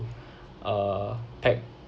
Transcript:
uh pack